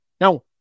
Now